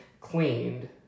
cleaned